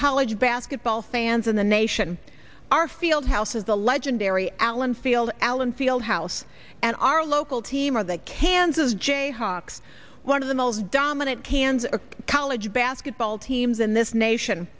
college basketball fans in the nation our field house is the legendary allen field allen fieldhouse and our local team or the kansas jayhawks one of the most dominant kansas college basketball teams in this nation